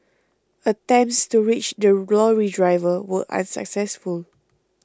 attempts to reach the glory driver were unsuccessful